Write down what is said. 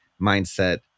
mindset